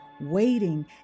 Waiting